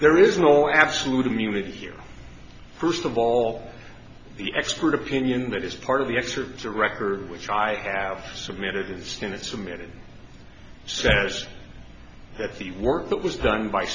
is no absolute immunity here first of all the expert opinion that is part of the excerpts of record which i have submitted stinnett submitted so yes that's the work that was done by